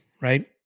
right